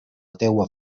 teua